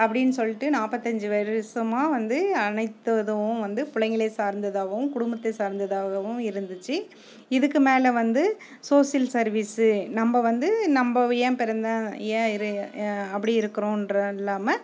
அப்டின்னு சொல்லிட்டு நாற்பத்தஞ்சி வருஷமா வந்து அனைத்து உதவும் வந்து பிள்ளைங்களை சார்ந்ததாகவும் குடும்பத்தை சார்ந்ததாகவும் இருந்துச்சு இதுக்கு மேலே வந்து சோசியல் சர்வீஸு நம்ப வந்து நம்ப ஏன் பிறந்தேன் ஏன் இரு ஏன் அப்படி இருக்கிறோன்றன் இல்லாமல்